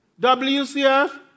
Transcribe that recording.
WCF